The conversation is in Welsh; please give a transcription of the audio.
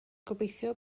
gobeithio